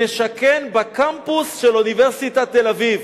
נשכן בקמפוס של אוניברסיטת תל-אביב.